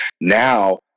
now